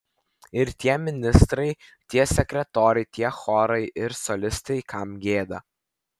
ir tie ministrai tie sekretoriai tie chorai ir solistai kam gieda